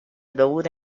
dovute